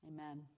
Amen